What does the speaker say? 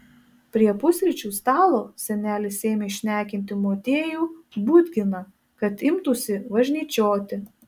prie pusryčių stalo senelis ėmė šnekinti motiejų budginą kad imtųsi važnyčioti